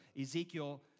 Ezekiel